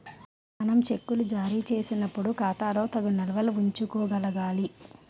మనం చెక్కులు జారీ చేసినప్పుడు ఖాతాలో తగు నిల్వలు ఉంచుకోగలగాలి